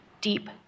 deep